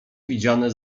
widziane